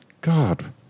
God